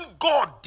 God